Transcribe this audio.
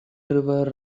river